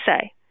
say